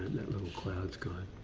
little clouds gone